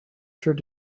sure